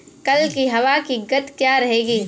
कल की हवा की गति क्या रहेगी?